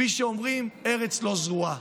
כפי שאומרים, ארץ לא זרועה.